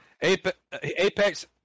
Apex